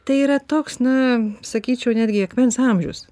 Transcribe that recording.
tai yra toks na sakyčiau netgi akmens amžius